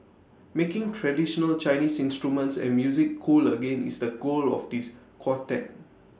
making traditional Chinese instruments and music cool again is the goal of this quartet